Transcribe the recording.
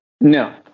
No